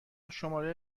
شماره